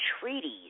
treaties